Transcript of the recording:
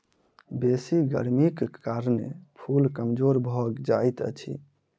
बेसी गर्मीक कारणें फूल कमजोर भअ जाइत अछि